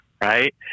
right